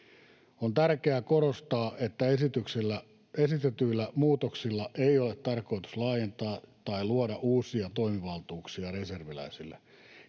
On tärkeää korostaa, että esitetyillä muutoksilla ei ole tarkoitus laajentaa tai luoda uusia toimivaltuuksia reserviläisille.